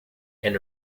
and